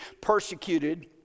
persecuted